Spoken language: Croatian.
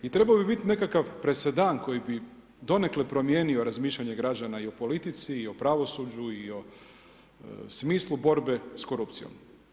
I trebao bi biti nekakav presedan, koji bi donekle promijenio razmišljanje građana i o politici i o pravosuđu i o smislu borbe s korupcijom.